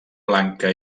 blanca